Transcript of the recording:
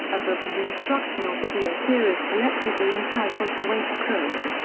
a book and instructional video series collectively entitled the way to cook.